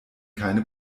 keine